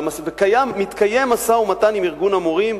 ומתקיים משא-ומתן עם ארגון המורים,